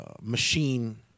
machine